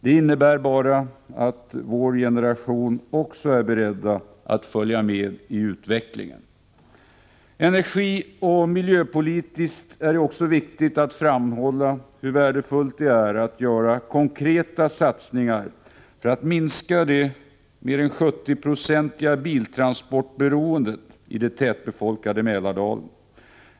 Det innebär bara att vår generation är beredd att följa med i utvecklingen. Energioch miljöpolitiskt är det också viktigt att framhålla hur värdefullt det är att göra konkreta satsningar för att minska det mer än 70-procentiga biltransportberoendet i det tätbefolkade Mälardalen.